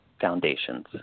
foundations